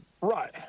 right